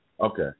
Okay